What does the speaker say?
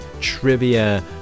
trivia